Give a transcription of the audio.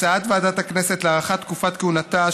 השמאל מביא לסוף הדמוקרטיה.